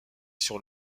sur